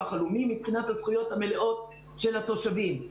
הלאומי מבחינת הזכויות המלאות של התושבים.